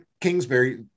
Kingsbury